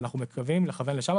אנחנו מקווים לכוון לשם.